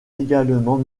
également